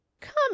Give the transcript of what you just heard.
Come